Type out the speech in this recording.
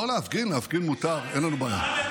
לא להפגין, להפגין מותר, אין לנו בעיה.